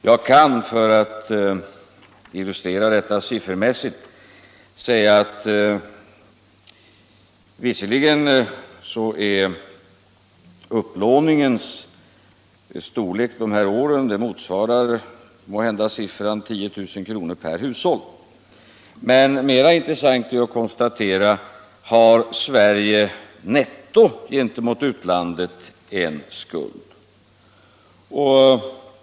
Jag kan, för att illustrera detta siffermässigt, säga att upplåningens storlek under de här åren visserligen måhända motsvarar siffran 10 000 kr. per hushåll, men mera intressant är att konstatera om Sverige netto gentemot utlandet har en skuld.